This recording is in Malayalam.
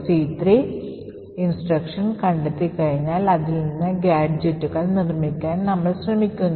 ഈ 0xC3 നിർദ്ദേശം കണ്ടെത്തിക്കഴിഞ്ഞാൽ അതിൽ നിന്ന് ഗാഡ്ജെറ്റുകൾ നിർമ്മിക്കാൻ നമ്മൾ ശ്രമിക്കുന്നു